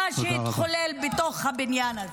-- מה שהתחולל בתוך הבניין הזה.